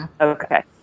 Okay